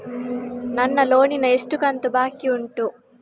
ನನ್ನ ಲೋನಿನ ಎಷ್ಟು ಕಂತು ಬಾಕಿ ಉಂಟು?